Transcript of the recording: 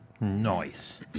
Nice